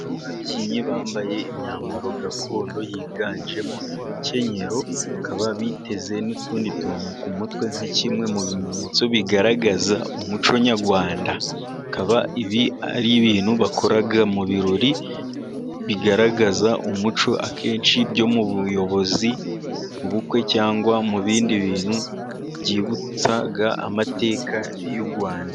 Ababyinnyi bambaye imyambaro gakondo yiganjemo imikenyero, bakaba biteze n'utundi tuntu ku mutwe, nka kimwe mu bimenyetso bigaragaza umuco nyarwanda, bikaba ibi ari ibintu bakora mu birori bigaragaza umuco akenshi byo mu buyobozi, mu bukwe cyangwa mu bindi bintu byibutsa amateka y'u Rwanda.